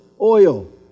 oil